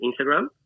Instagram